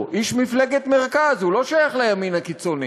הוא איש מפלגת מרכז, הוא לא שייך לימין הקיצוני.